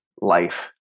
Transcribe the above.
life